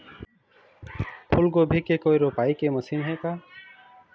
फूलगोभी के रोपाई के कोई मशीन हे का?